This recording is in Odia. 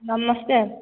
ନମସ୍କାର